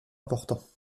importants